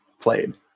played